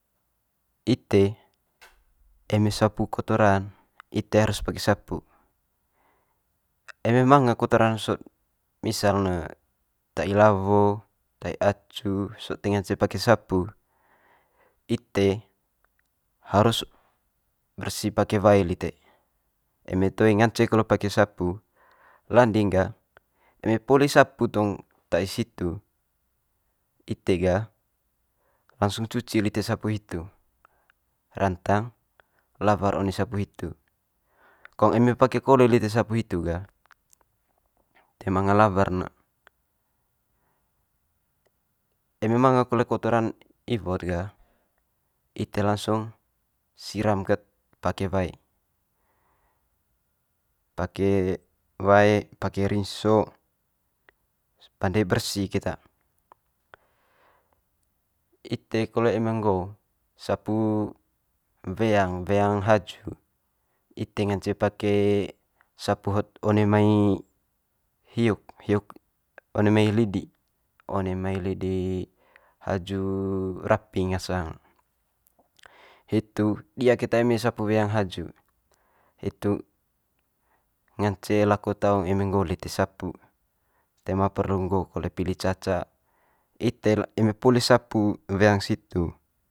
Ite eme sapu kotoran ite harus pake sapu. Eme manga kotoran sot misal ne tai lawo, tai acu sot toe ngance pake sapu ite harus bersi pake wae lite, eme toe ngance kole pake sapu landing ga eme poli pake sapu tong tai situ ite gah langsung cuci lite sapu hitu, rantang lawer one sapu hitu. Kong eme pake kole lite sapu hitu gah toe manga lawer ne. Eme manga kole kotoran iwo'd ga ite langsung siram ket pake wae, pake wae pake rinso, pande bersi keta. Ite kole eme nggo sapu weang weang haju ite ngance pake sapu hot one mai hiuk, hiuk one mai lidi, one mai lidi haju raping ngasang. Hitu di'a keta eme sapu weang haju, hitu ngance lako taong eme nggo lite sapu, toe ma perlu nggo kole lite pili ca ca. Ite eme poli sapu weang situ.